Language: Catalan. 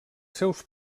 seus